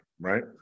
right